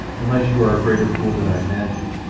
unless you are a greater fool than i imagine,